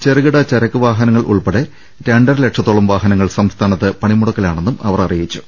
ചെറുകിട ചരക്ക് വാഹനങ്ങൾ ഉൾപ്പെടെ രണ്ടര ലക്ഷ ത്തോളം വാഹനങ്ങൾ പണിമുടക്കിലാണെന്നും അവർ അറിയിച്ചു